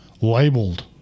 labeled